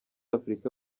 africa